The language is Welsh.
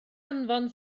anfon